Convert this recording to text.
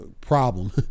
problem